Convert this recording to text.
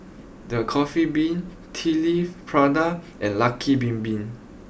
the Coffee Bean Tea leaf Prada and Lucky Bin Bin